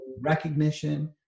recognition